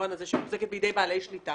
שמוחזקת בידי בעלי שליטה